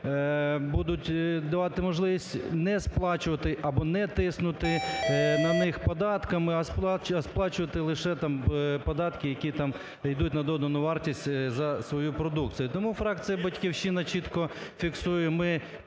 будуть давати можливість не сплачувати або не тиснути на них податками, а сплачувати лише там податки, які там йдуть на додану вартість за свою продукцію. Тому фракція "Батьківщина" чітко фіксує: